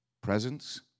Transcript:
presence